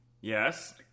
Yes